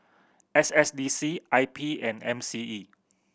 S S D C I P and M C E